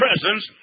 presence